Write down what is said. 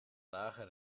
lage